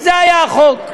זה היה החוק.